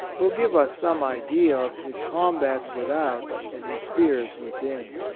will give us some idea of his combats without and his fears within